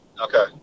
Okay